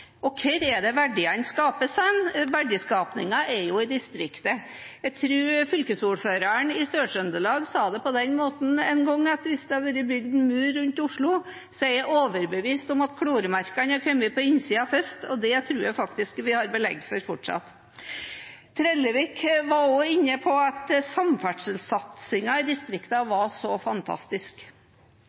Og hvor er det verdiene skapes? Verdiskapingen skjer jo i distriktene. Fylkesordføreren i Sør-Trøndelag sa det på den måten en gang, tror jeg, at hvis det hadde vært bygd en mur rundt Oslo, var han overbevist om at kloremerkene hadde kommet på innsiden først. Det tror jeg faktisk vi har belegg for fortsatt. Trellevik var også inne på at samferdselssatsingen i distriktene var så fantastisk.